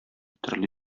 төрле